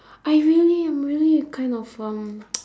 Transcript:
I really I'm really kind of um